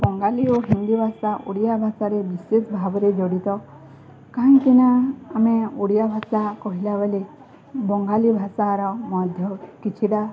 ବଙ୍ଗାଳୀ ଓ ହିନ୍ଦୀ ଭାଷା ଓଡ଼ିଆ ଭାଷାରେ ବିଶେଷ ଭାବରେ ଜଡ଼ିତ କାହିଁକିନା ଆମେ ଓଡ଼ିଆ ଭାଷା କହିଲା ବେଳେ ବଙ୍ଗାଳୀ ଭାଷାର ମଧ୍ୟ କିଛିଟା